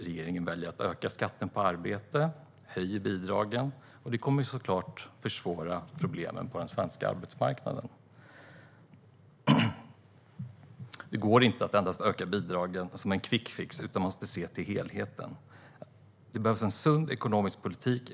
Regeringen väljer att höja skatten på arbete och att höja bidragen. Det kommer såklart att förvärra problemen på den svenska arbetsmarknaden. Det går inte att endast höja bidragen som en quickfix, utan man måste se till helheten. Det behövs en sund ekonomisk politik.